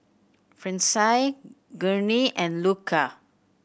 Francine Gurney and Luca